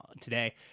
today